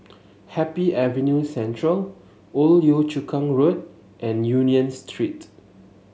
Happy Avenue Central Old Yio Chu Kang Road and Union Street